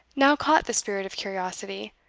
now caught the spirit of curiosity,